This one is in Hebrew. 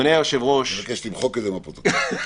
אני מבקש למחוק את זה מהפרוטוקול.